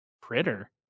Critter